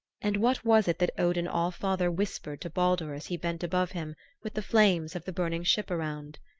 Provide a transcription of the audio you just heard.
and what was it that odin all-father whispered to baldur as he bent above him with the flames of the burning ship around?